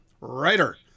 writer